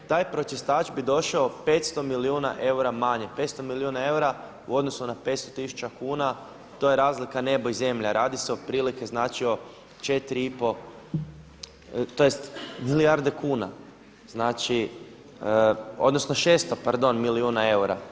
Taj pročistač bi došao 500 milijuna eura manje, 500 milijuna eura u odnosu na 500 tisuća kuna, to je razlika nebo i zemlja, radi se otprilike znači o 4,5 tj. milijarde kuna, znači, odnosno 600 pardon milijuna eura.